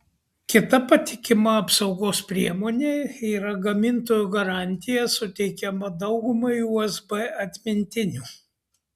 kita patikima apsaugos priemonė yra gamintojo garantija suteikiama daugumai usb atmintinių